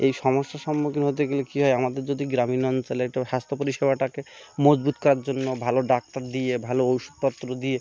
এই সমস্যার সম্মুখীন হতে গেলে কী হয় আমাদের যদি গ্রামীণ অঞ্চলে তো স্বাস্থ্য পরিষেবাটাকে মজবুত করার জন্য ভালো ডাক্তার দিয়ে ভালো ওষুধপত্র দিয়ে